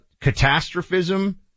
catastrophism